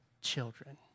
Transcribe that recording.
children